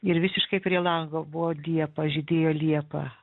ir visiškai prie lango buvo liepa žydėjo liepa